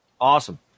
Awesome